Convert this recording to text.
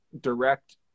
direct